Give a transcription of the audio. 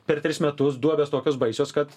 per tris metus duobės tokios baisios kad